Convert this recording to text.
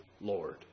Lord